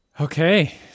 Okay